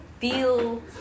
feel